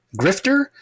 Grifter